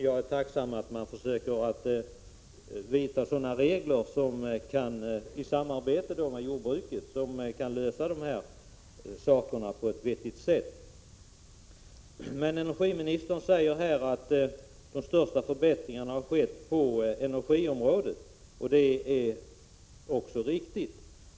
Jag är tacksam för att regeringen i samarbete med jordbrukarna försöker skapa regler som kan lösa dessa problem på ett vettigt sätt. Energiministern säger att de största förbättringarna har skett på energiområdet. Det är helt riktigt.